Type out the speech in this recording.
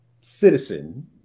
citizen